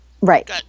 Right